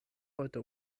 heute